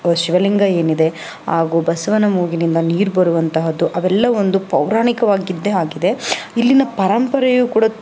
ಶಿವಲಿಂಗ ಏನಿದೆ ಹಾಗೂ ಬಸವನ ಮೂಗಿನಿಂದ ನೀರು ಬರುವಂತಹದ್ದು ಅವೆಲ್ಲ ಒಂದು ಪೌರಾಣಿಕವಾಗಿದ್ದೇ ಆಗಿದೆ ಇಲ್ಲಿನ ಪರಂಪರೆಯೂ ಕೂಡ